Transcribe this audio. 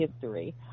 history